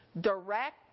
direct